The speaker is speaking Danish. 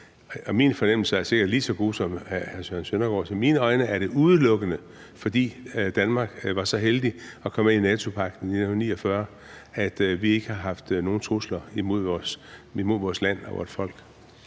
og min fornemmelse er sikkert lige så god som hr. Søren Søndergaards – udelukkende, fordi Danmark var så heldig at komme med i NATO-pagten i 1949, at vi ikke har haft nogen trusler imod os, imod vores land og vort folk.